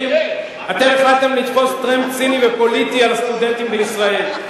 אתם החלטתם לתפוס טרמפ ציני ופוליטי על סטודנטים בישראל.